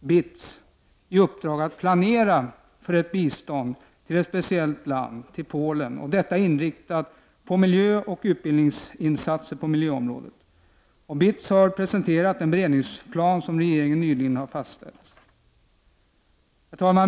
BITS, i uppdrag att planera för ett bistånd till ett särskilt land, nämligen Polen. Biståndet skulle vara inriktat på miljön och utbildningsinsatser på miljöområdet. BITS har presenterat en beredningsplan som regeringen nyligen har fastställt.